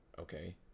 okay